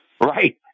right